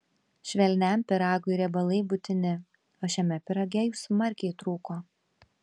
švelniam pyragui riebalai būtini o šiame pyrage jų smarkiai trūko